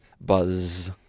buzz